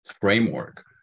framework